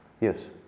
Yes